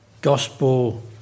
gospel